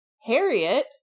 Harriet